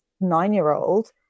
nine-year-old